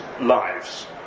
Lives